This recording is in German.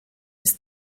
ist